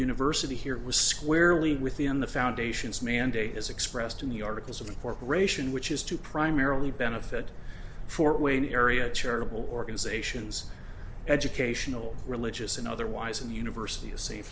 university here was squarely within the foundation's mandate as expressed in the articles of incorporation which is to primarily benefit for wayne area charitable organizations educational religious and otherwise and the university you s